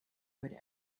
would